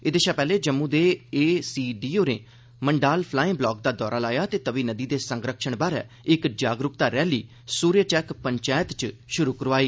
एह्दे शा पैहले जम्मू दे ए सी डी होरे मंडाल फलाएं ब्लाक दा दौरा लाया ते तवि नदी दे संरक्षण बारै इक जागरूकता रैली 'सूर्य चक्क' पंचैत चा शुरू कराई